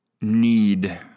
need